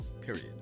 period